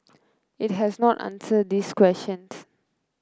it has not answered these questions